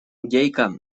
гейка